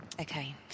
okay